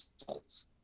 results